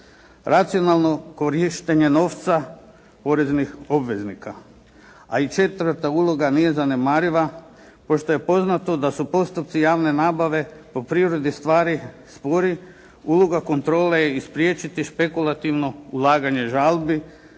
racionalno korištenje novca poreznih obveznika. A i četvrta uloga nije zanemariva pošto je poznato da su postupci javne nabave po prirodi stvari spori uloga kontrole je i spriječiti špekulativno ulaganje žalbi